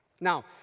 Now